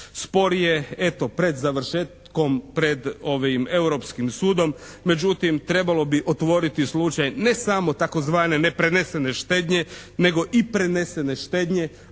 Spor je eto pred završetkom, pred Europskim sudom. Međutim, trebalo bi otvoriti slučaj ne samo tzv. neprenesene štednje nego i prenesene štednje,